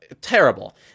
terrible